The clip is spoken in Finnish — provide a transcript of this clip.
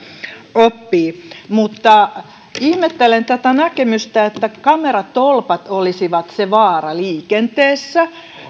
oppii ihmettelen tätä näkemystä että kameratolpat olisivat se vaara liikenteessä